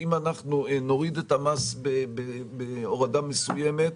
אם אנחנו נוריד את המס הורדה מסוימת,